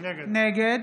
נגד